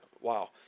Wow